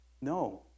No